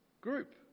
group